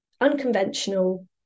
unconventional